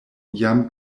jam